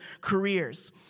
careers